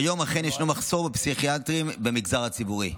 כיום אכן ישנו מחסור בפסיכיאטרים במגזר הציבורי.